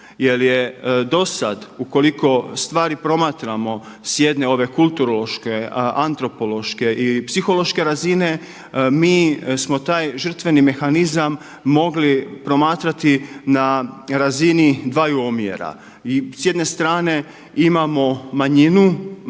Jer je do sad ukoliko stvari promatramo sa jedne ove kulturološke, antropološke i psihološke razine mi smo taj žrtveni mehanizam mogli promatrati na razini dvaju omjera. S jedne strane imamo manjinu